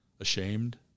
ashamed